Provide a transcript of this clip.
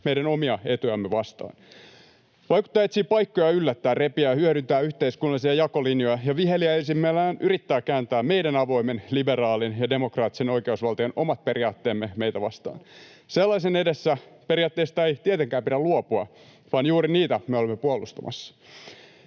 meidän omia etujamme vastaan. Vaikuttaja etsii paikkoja yllättää, repiä ja hyödyntää yhteiskunnallisia jakolinjoja ja viheliäisimmillään yrittää kääntää meidän omat avoimen, liberaalin ja demokraattisen oikeusvaltion periaatteemme meitä vastaan. Sellaisen edessä periaatteista ei tietenkään pidä luopua, vaan juuri niitä me olemme puolustamassa.